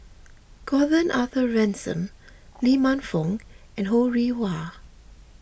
Gordon Arthur Ransome Lee Man Fong and Ho Rih Hwa